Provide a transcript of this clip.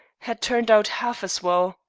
had turned out half as well.